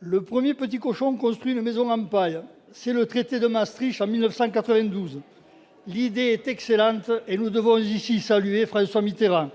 Le premier petit cochon construit une maison en paille, c'est le traité de Maastricht en 1992 ; l'idée est excellente, et nous devons ici saluer l'action de François Mitterrand.